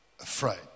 afraid